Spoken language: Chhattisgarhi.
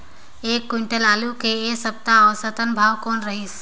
एक क्विंटल आलू के ऐ सप्ता औसतन भाव कौन रहिस?